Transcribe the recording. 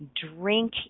drink